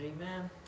Amen